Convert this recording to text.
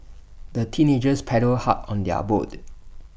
the teenagers paddled hard on their boat